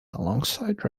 alongside